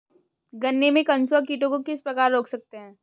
गन्ने में कंसुआ कीटों को किस प्रकार रोक सकते हैं?